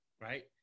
right